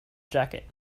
jacket